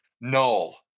Null